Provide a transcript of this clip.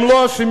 הם לא אשמים,